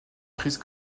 chris